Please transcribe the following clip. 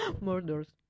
Murders